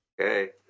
Okay